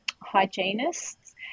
hygienists